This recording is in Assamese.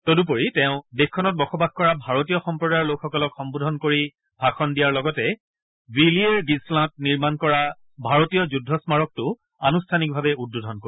তদুপৰি তেওঁ দেশখনত বসবাস কৰা ভাৰতীয় সম্প্ৰদায়ৰ লোকসকলক সম্বোধন কৰি ভাষণ দিয়াৰ লগতে ৱিলিয়েৰ গিছলাঁত নিৰ্মাণ কৰা ভাৰতীয় যুদ্ধ স্মাৰকটো আনুষ্ঠানিকভাৱে উদ্বোধন কৰিব